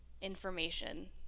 information